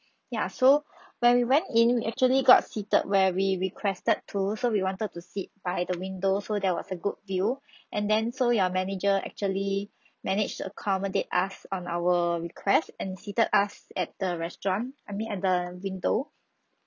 ya so when we went in we actually got seated where we requested to so we wanted to sit by the window so there was a good view and then so your manager actually managed to accommodate us on our request and seated us at the restaurant I mean at the window